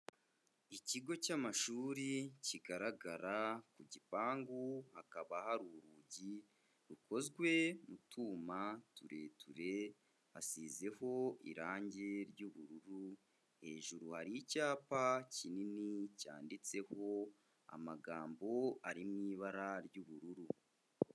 Ikigo cy'amashuri kigaragara, ku gipangu hakaba hari urugi rukozwe mu twuma tureture, hasizeho irangi ry'ubururu, hejuru hari icyapa kinini cyanditseho amagambo ari mu ibara ry'ubururu.